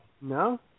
No